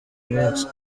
mwinshi